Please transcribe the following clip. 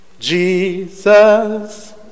Jesus